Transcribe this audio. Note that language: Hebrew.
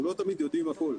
אנחנו לא תמיד יודעים הכול.